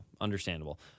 Understandable